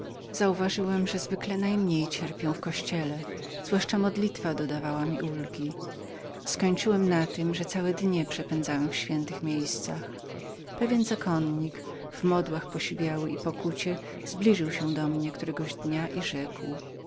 zauważyłem żem zwykle najmniej cierpiał w kościele zwłaszcza modlitwa dodawała mi ulgi skończyłem na tem że całe dnie przepędzałem w świętych schronieniach pewien zakonnik osiwiały na modlitwach i pokucie zbliżył się raz do mnie i rzekł